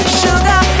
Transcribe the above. sugar